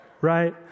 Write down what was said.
Right